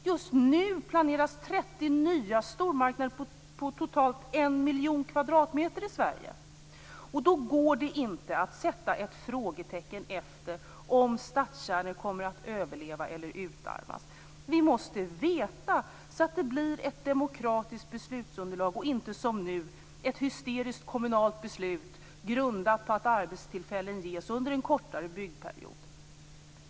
Just nu planeras i Sverige 30 nya stormarknader på totalt en miljon kvadratmeter. Då går det inte att sätta frågetecken efter detta med om stadskärnor kommer att överleva eller om de kommer att utarmas. Vi måste veta detta, så att det blir ett demokratiskt beslutsunderlag och inte, som nu, ett hysteriskt kommunalt beslut grundat på att arbetstillfällen ges under en kortare byggperiod.